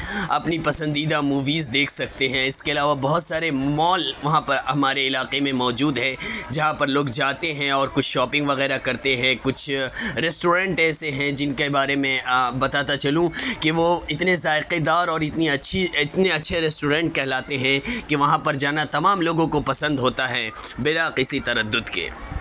اپنی پسندیدہ موویز دیکھ سکتے ہیں اس کے علاوہ بہت سارے مال وہاں پر ہمارے علاقے میں موجود ہیں جہاں پر لوگ جاتے ہیں اور کچھ شاپنگ وغیرہ کرتے ہیں کچھ ریسٹورینٹ ایسے ہیں جن کے بارے میں بتاتا چلوں کہ وہ اتنے ذائقے دار اور اتنی اچھی اتنے اچھے ریسٹورینٹ کہلاتے ہیں کہ وہاں پر جانا تمام لوگوں کو پسند ہوتا ہے بلا کسی تردد کے